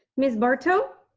miss barto.